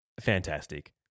Fantastic